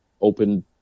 open